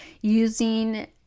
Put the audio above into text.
using